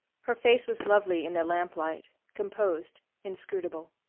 her face was lovely in the lamplight, composed, inscrutable.